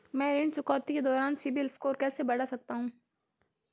मैं ऋण चुकौती के दौरान सिबिल स्कोर कैसे बढ़ा सकता हूं?